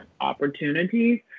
opportunities